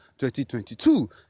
2022